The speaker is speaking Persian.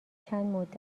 چند